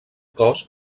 cos